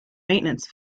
maintenance